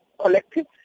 Collective